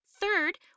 Third